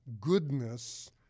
goodness